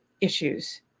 issues